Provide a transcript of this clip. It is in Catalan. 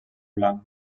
blanc